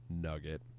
nugget